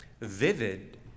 vivid